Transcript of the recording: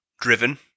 Driven